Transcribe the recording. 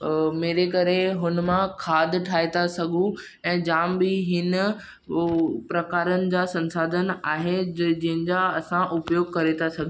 मेरे करे हुनमां खाद ठाहे था सघूं ऐं जामु बि हिन प्रकारनि जा संसाधन आहे जंहिंजा असां उपयोगु करे था सघूं